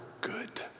good